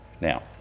Now